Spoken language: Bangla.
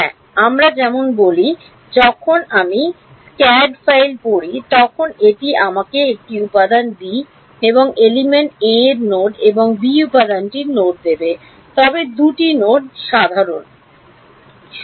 হ্যাঁ আমরা যেমন বলি যখন আমি সিএডি ফাইলটিতে পড়ি তখন এটি আমাকে একটি উপাদান বি এবং এলিমেন্ট 'এ' এর নোড এবং 'বি' উপাদানটির নোড দেবে তবে দুটি নোড সাধারণ